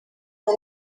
ngo